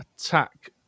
attack